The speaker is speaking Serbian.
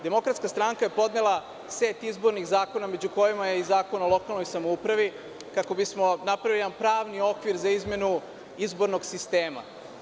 Demokratska stranka je podnela set izbornih zakona, među kojima je i Zakon o lokalnoj samoupravi, kako bismo napravili jedan pravni okvir za izmenu izbornog sistema.